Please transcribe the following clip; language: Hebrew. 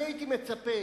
אני הייתי מצפה,